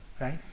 right